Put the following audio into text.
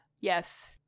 yes